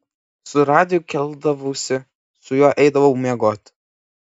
su radiju keldavausi su juo eidavau miegoti